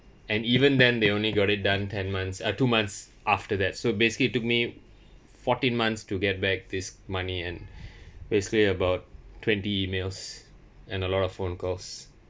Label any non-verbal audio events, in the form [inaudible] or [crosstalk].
and even then they only got it done ten months uh two months after that so basically to me fourteen months to get back this money and [breath] basically about twenty emails and a lot of phone calls